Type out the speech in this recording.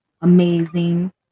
amazing